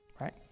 right